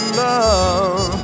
love